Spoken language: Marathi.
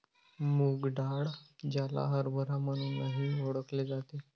मूग डाळ, ज्याला हरभरा म्हणूनही ओळखले जाते